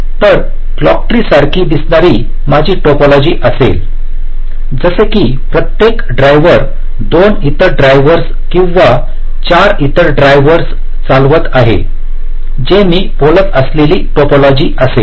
तरक्लॉक tree सारखी दिसणारी माझी टोपोलॉजी असेल जसे की प्रत्येक ड्राइव्हर 2 इतर ड्राइव्हर्स किंवा 4 इतर ड्राइव्हर्स चालवत आहेत जे मी बोलत असलेली टोपोलॉजी असेल